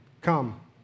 come